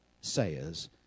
Sayers